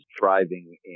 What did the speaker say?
thriving